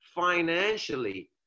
financially